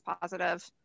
positive